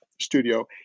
studio